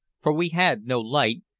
for we had no light,